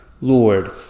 Lord